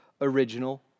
original